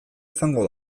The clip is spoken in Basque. izango